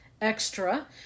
extra